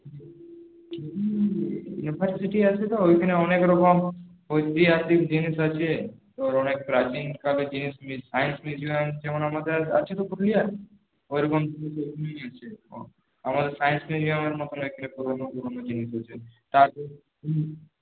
university আছে তা ওখানে অনেকরকম ঐতিহাসিক জিনিস আছে তোর অনেক প্রাচীন কালের জিনিস টিনিস সায়েন্স মিউজিয়াম যেমন আমাদের আছে তো পুরুলিয়ায় ঐরকম জিনিস আছে আমাদের সায়েন্স মিউজিয়ামের মত অনেক পুরোনো পুরোনো জিনিস আছে তারপর